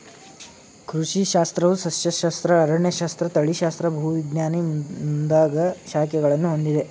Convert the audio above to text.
ಕೃಷಿ ಶಾಸ್ತ್ರವು ಸಸ್ಯಶಾಸ್ತ್ರ, ಅರಣ್ಯಶಾಸ್ತ್ರ, ತಳಿಶಾಸ್ತ್ರ, ಭೂವಿಜ್ಞಾನ ಮುಂದಾಗ ಶಾಖೆಗಳನ್ನು ಹೊಂದಿದೆ